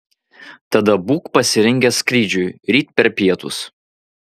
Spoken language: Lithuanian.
tada būk pasirengęs skrydžiui ryt per pietus